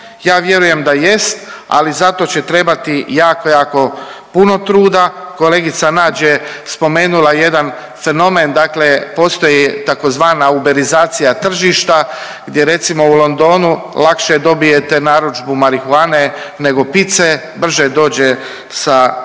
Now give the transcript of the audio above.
Ja vjerujem da jest, ali za to će trebati jako, jako puno truda. Kolegica Nađ je spomenula jedan fenomen dakle postoji tzv. uberizacija tržišta gdje recimo u Londonu lakše dobijete narudžbu marihuane nego pizze, brže dođe sa taxi